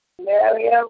Mario